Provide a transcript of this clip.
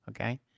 Okay